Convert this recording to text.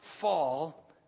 fall